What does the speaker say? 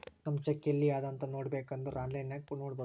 ನಮ್ ಚೆಕ್ ಎಲ್ಲಿ ಅದಾ ಅಂತ್ ನೋಡಬೇಕ್ ಅಂದುರ್ ಆನ್ಲೈನ್ ನಾಗ್ ನೋಡ್ಬೋದು